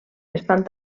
estan